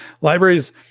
libraries